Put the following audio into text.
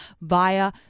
via